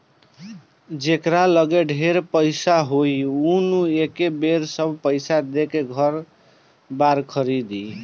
जेकरा लगे ढेर पईसा होई उ न एके बेर सब पईसा देके घर बार खरीदी